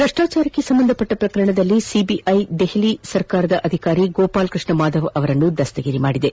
ಭ್ರಷ್ಟಾಚಾರಕ್ಕೆ ಸಂಬಂಧಿಸಿದ ಪ್ರಕರಣದಲ್ಲಿ ಸಿಬಿಐ ದೆಹಲಿ ಸರ್ಕಾರದ ಅಧಿಕಾರಿ ಗೋಪಾಲ್ ಕೃಷ್ಣ ಮಾಧವ್ ಅವರನ್ನು ಬಂಧಿಸಿದೆ